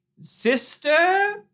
Sister